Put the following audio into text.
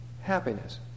Happiness